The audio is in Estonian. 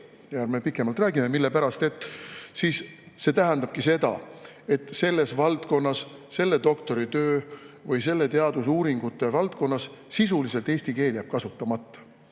Ärme pikemalt räägime, mille pärast. Aga see tähendabki seda, et selles valdkonnas, selle doktoritöö või selle teadusuuringu valdkonnas sisuliselt eesti keel jääb kasutamata.